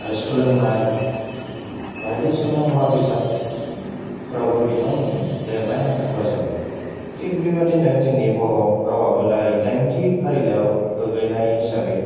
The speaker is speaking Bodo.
आरो सोलोंनाय बायदिसिना मुवा बेसादफोरावबो बिथांमोननि लिरनाय हांखोफोरजों नुयो थिग बेबादिनो जोंनि बर' रावाबो दायो दाइनथि फारिलाइयाव गोग्लैनाय हिसाबै